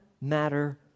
matter